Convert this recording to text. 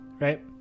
right